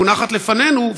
מונחת לפנינו,